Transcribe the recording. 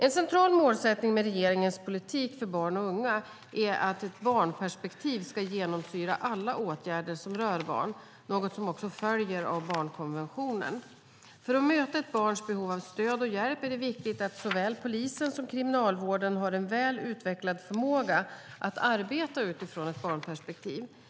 En central målsättning med regeringens politik för barn och unga är att ett barnperspektiv ska genomsyra alla åtgärder som rör barn, något som också följer av barnkonventionen. För att möta ett barns behov av stöd och hjälp är det viktigt att såväl polisen som Kriminalvården har en väl utvecklad förmåga att arbeta utifrån ett barnperspektiv.